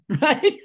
right